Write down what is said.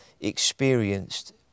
experienced